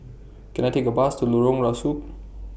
Can I Take A Bus to Lorong Rusuk